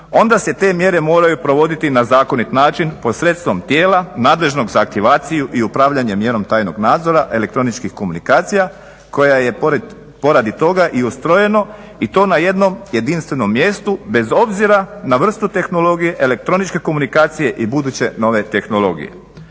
onda se te mjere moraju provoditi na zakonit način posredstvom tijela nadležnog za aktivaciju i upravljanje mjerom tajnog nadzora elektroničkih komunikacija koja je poradi toga i ustrojeno i to na jednom jedinstvenom mjestu bez obzira na vrstu tehnologije, elektroničke komunikacije i buduće nove tehnologije.